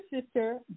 sister